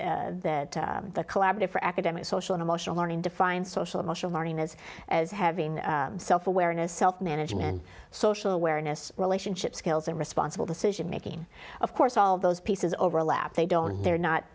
competencies that the collaborative for academic social emotional learning define social emotional learning is as having self awareness self management social awareness relationship skills and responsible decision making of course all of those pieces overlap they don't they're not